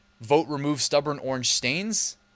vote-remove-stubborn-orange-stains